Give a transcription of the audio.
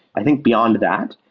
i think beyond that,